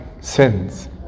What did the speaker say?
sins